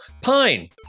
pine